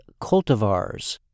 cultivars